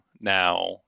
Now